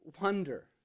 wonder